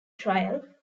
trial